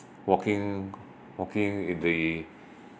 walking walking in the